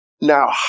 Now